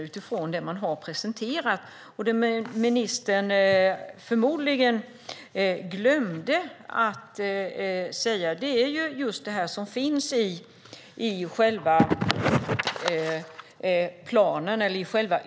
Ministern glömde förmodligen att säga det som finns i yttrandet under 1.6.